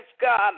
God